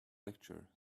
lecture